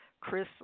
Chris